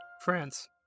france